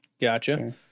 gotcha